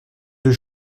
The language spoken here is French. deux